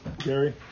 Gary